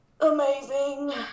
amazing